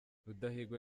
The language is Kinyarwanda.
rudahigwa